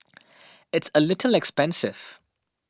it's a little expensive